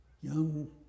young